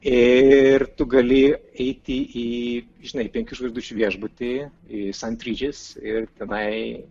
ir tu gali eiti į žinai penkių žvaigždučių viešbutį į san tridžis ir tenai